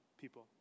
people